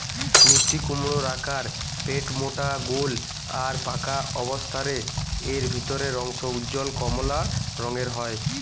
মিষ্টিকুমড়োর আকার পেটমোটা গোল আর পাকা অবস্থারে এর ভিতরের অংশ উজ্জ্বল কমলা রঙের হয়